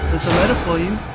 there's a letter for you.